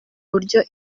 buryo